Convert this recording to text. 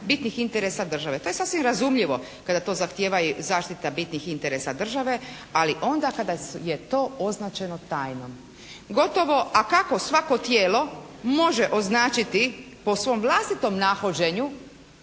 bitnih interesa države. To je sasvim razumljivo kada to zahtijeva zaštita bitnih interesa države, ali onda kada je to označeno tajnom. Gotovo a kako svako tijelo može označiti po svom vlastitom nahođenju